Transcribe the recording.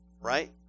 right